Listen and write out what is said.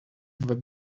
web